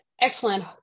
excellent